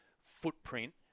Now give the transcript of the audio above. footprint